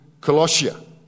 Colossia